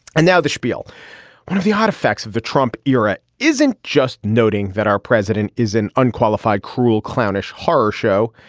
and now the spiel one of the hot effects of the trump era isn't just noting that our president is an unqualified cruel clownish horror show.